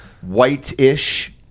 White-ish